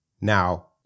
Now